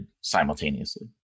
simultaneously